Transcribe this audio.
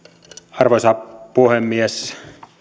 arvoisa puhemies